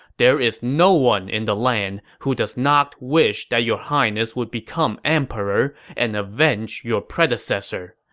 there is no one in the land who does not wish that your highness would become emperor and avenge your predecessor.